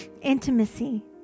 intimacy